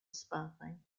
sparkling